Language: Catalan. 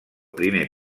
primer